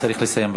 צריך לסיים.